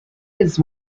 his